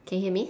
can you hear me